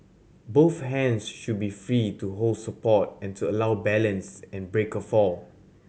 both hands should be free to hold support and to allow balance and break a fall